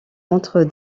montrent